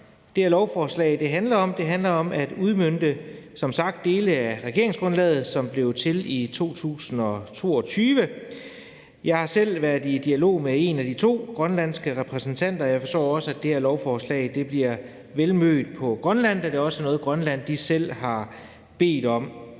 det her lovforslag handler om, er at udmønte dele af regeringsgrundlaget, som jo blev til i 2022. Jeg har selv været i dialog med en af de to grønlandske repræsentanter, og jeg forstår også, at det her lovforslag bliver vel modtaget på Grønland, da det også er noget, Grønland selv har bedt om.